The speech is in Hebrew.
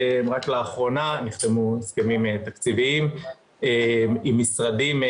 רק לאחרונה נחתמו הסכמים תקציביים עם משרדים.